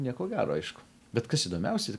nieko gero aišku bet kas įdomiausia